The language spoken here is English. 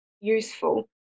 useful